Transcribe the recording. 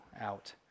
out